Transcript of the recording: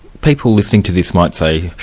people listening to this might say,